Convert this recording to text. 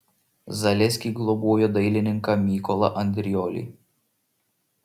zaleskiai globojo dailininką mykolą andriolį